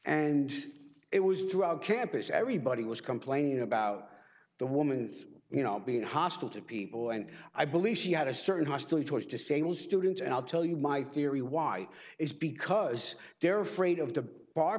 and it was through our campus everybody was complaining about the woman you know being hostile to people and i believe she had a certain hostility towards disabled students and i'll tell you my theory why is because they're afraid of the bar